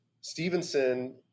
Stevenson